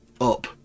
up